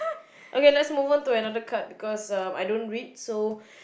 okay lets move on to another part because I don't read so